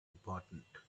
important